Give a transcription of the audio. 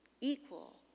equal